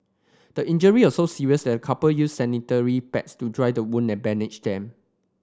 the injury were so serious that the couple used sanitary pads to dry the wound and bandage them